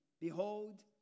behold